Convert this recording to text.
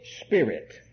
Spirit